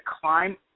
climb